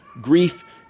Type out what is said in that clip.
Grief